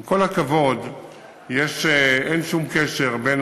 עם כל הכבוד, אין שום קשר בין